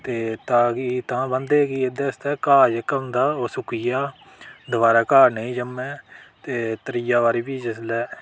ते तां कि तां बांह्दे कि एह्दे आस्तै घा जेह्का होंदा ओह् सुक्की जा दबारा घा नेईं जम्मै ते त्री बारी फ्ही जिसलै